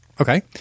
Okay